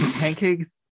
pancakes